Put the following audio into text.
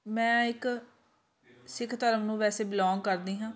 ਮੈਂ ਇੱਕ ਸਿੱਖ ਧਰਮ ਨੂੰ ਵੈਸੇ ਬਿਲੋਂਗ ਕਰਦੀ ਹਾਂ